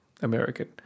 American